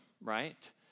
right